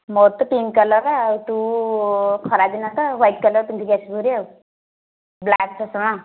ମୋର ତ ପିଙ୍କ୍ କଲର୍ର ଆଉ ତୁ ଖରା ଦିନ ତ ହ୍ୱାଇଟ୍ କଲର୍ ପିନ୍ଧିକି ଆସିବୁ ଭାରି ଆଉ ବ୍ଲାକ୍ ଚଷମା